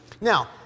Now